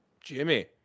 Jimmy